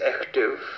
active